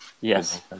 Yes